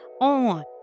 on